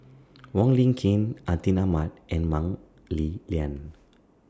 Wong Lin Ken Atin Amat and Mah Li Lian